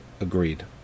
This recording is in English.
Agreed